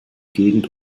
gegend